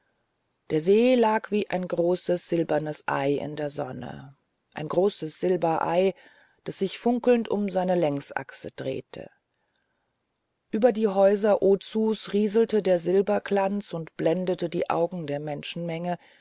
der see lag wie ein großes silbernes ei in der sonne ein großes silberei das sich funkelnd um seine längsachse drehte über die häuser ozus rieselte der silberglanz und blendete die augen der menschenmengen